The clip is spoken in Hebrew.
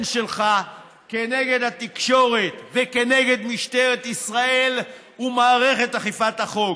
שלך כנגד התקשורת וכנגד משטרת ישראל ומערכת אכיפת החוק.